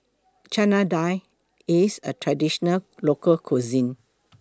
Chana Dal IS A Traditional Local Cuisine